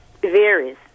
varies